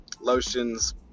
lotions